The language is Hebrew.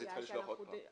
אז היא צריכה לשלוח עוד פעם.